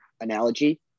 analogy